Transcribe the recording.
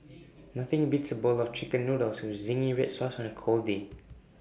nothing beats A bowl of Chicken Noodles with Zingy Red Sauce on A cold day